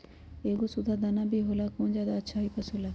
एगो सुधा दाना भी होला कौन ज्यादा अच्छा होई पशु ला?